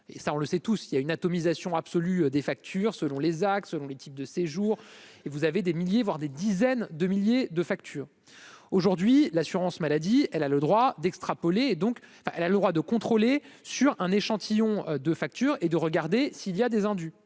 et ça on le sait tous, il y a une atomisation absolue des factures selon les axes, selon le type de séjour et vous avez des milliers, voire des dizaines de milliers de facture aujourd'hui l'assurance maladie, elle a le droit d'extrapoler, donc elle a le droit de contrôler sur un échantillon de factures et de regarder s'il y a des indus,